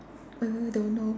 err don't know